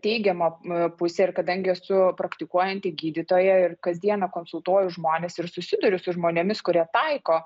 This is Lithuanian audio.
teigiama pusė ir kadangi esu praktikuojanti gydytoja ir kasdieną konsultuoju žmones ir susiduriu su žmonėmis kurie taiko